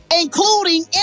Including